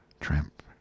tramp